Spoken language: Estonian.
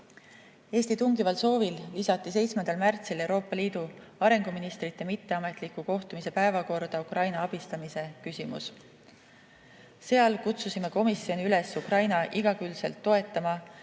Eesti tungival soovil lisati 7. märtsil Euroopa Liidu arengu ministrite mitteametliku kohtumise päevakorda Ukraina abistamise küsimus. Seal kutsusime komisjoni üles Ukrainat igakülgselt toetama.